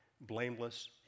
Blameless